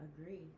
agree